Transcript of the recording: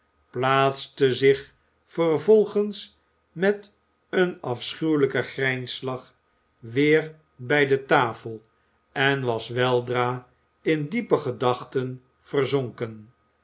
plaatste zich vervolgens met een afschuwelijken grijnslach weer bij de tafel en was weldra in diepe gedachten verzonken